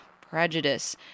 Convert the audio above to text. prejudice